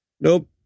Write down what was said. Nope